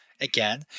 again